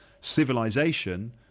civilization